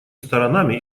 сторонами